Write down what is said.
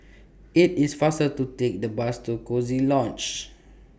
IT IS faster to Take The Bus to Coziee Lodge